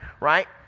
right